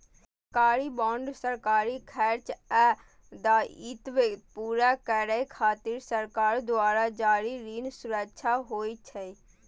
सरकारी बांड सरकारी खर्च आ दायित्व पूरा करै खातिर सरकार द्वारा जारी ऋण सुरक्षा होइ छै